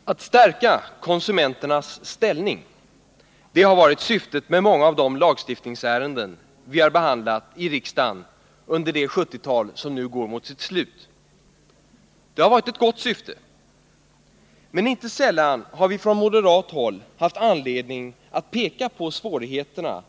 Herr talman! Att stärka konsumenternas ställning har varit syftet med många av de lagstiftningsärenden som vi har behandlat i riksdagen under det 70-tal som nu går mot sitt slut. Det har varit ett gott syfte. Men inte sällan har vi från moderat håll haft anledning att peka på svårigheterna